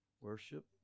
worship